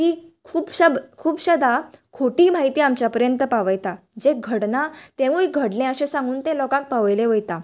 तीं खुबश्या खुबश्यादा खोटी म्हायती आमच्यापर्यंत पावयता जे घडना तेवूय घडले अशे सांगून तें लोकांक पावयले वयता